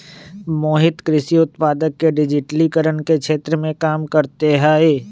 मोहित कृषि उत्पादक के डिजिटिकरण के क्षेत्र में काम करते हई